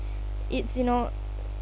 it's you know